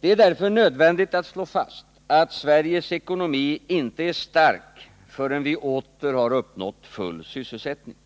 Det är därför nödvändigt att slå fast att Sveriges ekonomi inte är stark förrän vi åter har uppnått full sysselsättning.